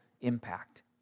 impact